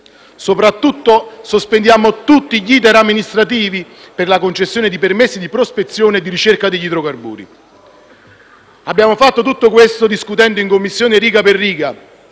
Soprattutto, sospendiamo tutti gli *iter* amministrativi per la concessione di permessi di prospezione e ricerca di idrocarburi. Abbiamo fatto tutto questo discutendo in Commissione riga per riga,